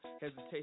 hesitation